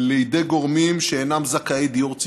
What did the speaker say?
לידי גורמים שאינם זכאי דיור ציבורי,